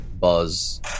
buzz